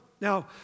Now